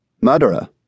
Murderer